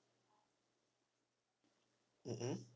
mm mm